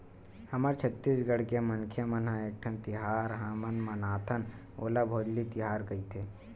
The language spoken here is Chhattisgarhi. हमर छत्तीसगढ़ के मनखे मन ह एकठन तिहार हमन मनाथन ओला भोजली तिहार कइथे